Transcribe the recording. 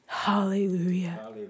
Hallelujah